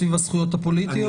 סביב הזכויות הפוליטיות?